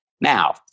Now